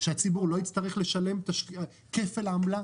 שהציבור לא יצטרך לשלם כפל עמלה.